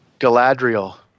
Galadriel